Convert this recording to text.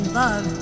love